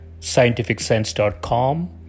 scientificsense.com